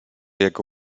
jego